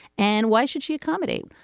and why should she accommodate?